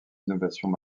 innovations